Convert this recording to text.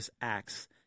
acts